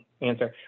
answer